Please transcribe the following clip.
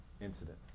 incident